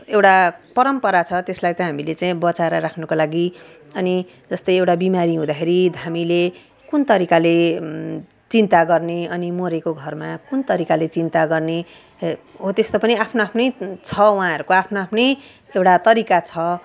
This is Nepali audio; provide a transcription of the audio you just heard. एउटा परम्परा छ त्यसलाई चाहिँ हामीले चाहिँ बचाएर राख्नुको लागि अनि जस्तै एउटा बिमारी हुँदाखेरि धामीले कुन तरिकाले चिन्ता गर्ने अनि मरेको घरमा कुन तरिकाले चिन्ता गर्ने हो त्यस्तो पनि आफ्नै आफ्नो छ उहाँहरूको आफ्नो आफ्नै एउटा तरिका छ